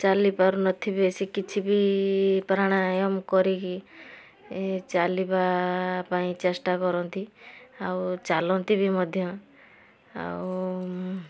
ଚାଲିପାରୁ ନ ଥିବେ ସେ କିଛି ବି ପ୍ରାଣାୟମ କରିକି ଏ ଚାଲିବା ପାଇଁ ଚେଷ୍ଟା କରନ୍ତି ଆଉ ଚାଲନ୍ତି ବି ମଧ୍ୟ ଆଉ